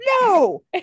no